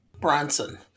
Bronson